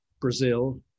Brazil